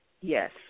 Yes